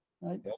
right